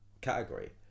category